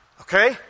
okay